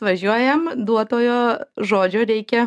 važiuojam duotojo žodžio reikia